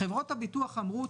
חברות הביטוח אמרו,